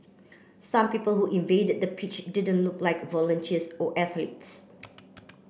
some people who invaded the pitch didn't look like volunteers or athletes